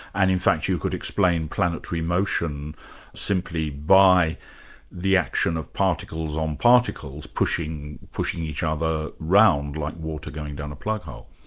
and in fact you could explain planetary motion simply by the action of particles on particles pushing pushing each other around like water going down a plughole.